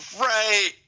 Right